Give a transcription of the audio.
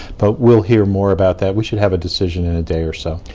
but we'll hear more about that. we should have a decision in a day or so.